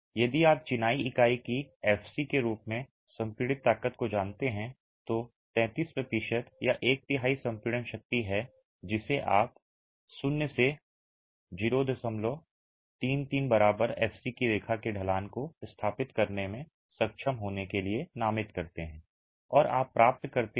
इसलिए यदि आप चिनाई इकाई की एफसी के रूप में संपीडित ताकत को जानते हैं तो 33 प्रतिशत या एक तिहाई संपीडन शक्ति है जिसे आप 0 से 033 बार एफसी की रेखा के ढलान को स्थापित करने में सक्षम होने के लिए नामित करते हैं और आप प्राप्त करते हैं